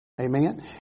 Amen